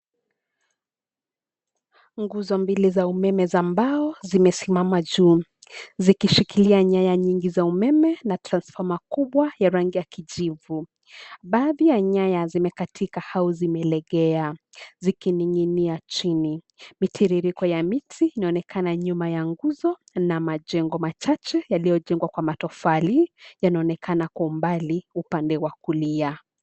Nguzo mbili za umeme za mbao zimesimama juu zikishikilia nyaya nyingi za umeme na transformer kubwa ya rangi ya kijivu. Baadhi ya nyaya zimekatika au zimelegea, zikining'inia chini. Mitiririko ya miti yanaonekana nyuma ya nguzo na majengo machache yalioyojengwa kwa matofali yanaonekana kwa umbali upande wa kulia.